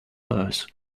purse